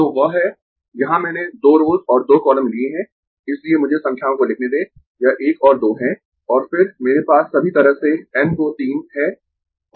तो वह है यहाँ मैंने 2 रोस और 2 कॉलम लिए है इसलिए मुझे संख्याओं को लिखने दें यह 1 और 2 है और फिर मेरे पास सभी तरह से N को 3 है